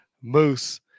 Moose